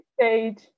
stage